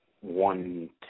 one